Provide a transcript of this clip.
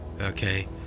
Okay